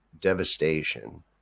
devastation